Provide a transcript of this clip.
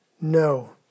No